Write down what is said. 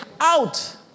out